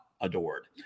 adored